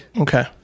Okay